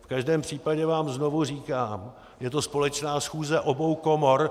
V každém případě vám znovu říkám, je to společná schůze obou komor.